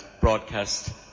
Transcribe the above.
broadcast